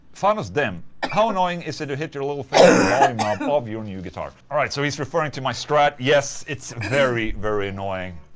thanos dim how annoying is it to hit your little finger on the volume knob of your new guitar? alright, so he's referring to my strat. yes, it's very very annoying.